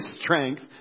strength